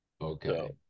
Okay